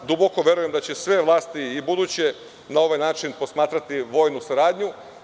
Duboko verujem da će sve vlasti, buduće, na ovaj način posmatrati vojnu saradnju.